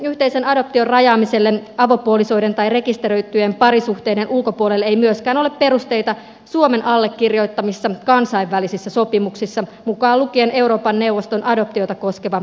yhteisen adoption rajaamiselle avopuolisoiden tai rekisteröityjen parisuhteiden ulkopuolelle ei myöskään ole perusteita suomen allekirjoittamissa kansainvälisissä sopimuksissa mukaan lukien euroopan neuvoston adoptiota koskeva yleissopimus